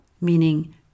meaning